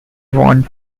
won